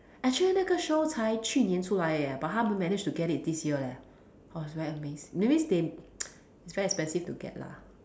actually 那个 show 才只有今年出来 leh but 他 managed to get it this year leh I was very amazed that means they it's very expensive to get lah